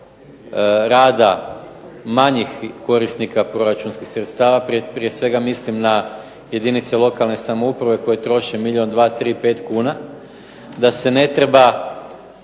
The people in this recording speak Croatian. da se ne treba